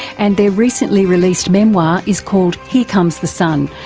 and their recently released memoir is called here comes the sun,